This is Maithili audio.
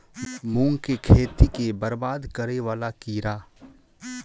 मूंग की खेती केँ बरबाद करे वला कीड़ा?